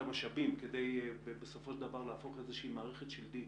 המשאבים כדי בסופו של דבר להפוך איזושהי מערכת שלדית